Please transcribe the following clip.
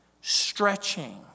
Stretching